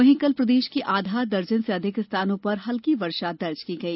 वहीं कल प्रदेश के आधा दर्जन से अधिक स्थानों पर हल्की वर्षा दर्ज की गई